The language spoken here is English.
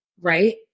right